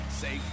say